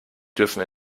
dürfen